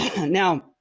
Now